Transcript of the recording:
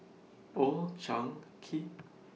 Old Chang Kee